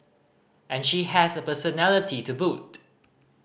and she has a personality to boot